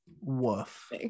woof